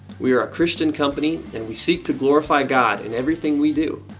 we are a christian company and we seek to glorify god and everything we do.